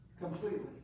completely